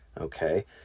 Okay